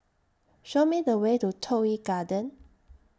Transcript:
Show Me The Way to Toh Yi Garden